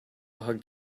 hugged